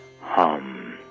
hum